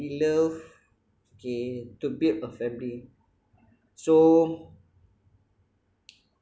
love okay to build a family so